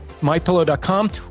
mypillow.com